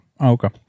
okay